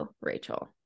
Rachel